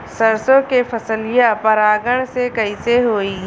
सरसो के फसलिया परागण से कईसे होई?